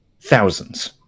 thousands